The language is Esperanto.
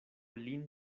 lin